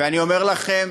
אני אומר לכם,